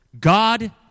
God